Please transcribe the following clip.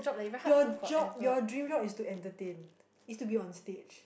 your job your dream job is to entertain is to be on stage